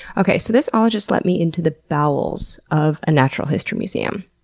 okay, so this ologist let me into the bowels of a natural history museum,